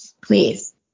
Please